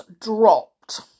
dropped